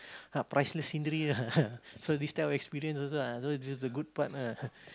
ah priceless scenery ah so this type of experience also ah so is the good part ah